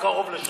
או קרוב לשם.